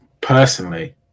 personally